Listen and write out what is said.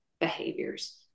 behaviors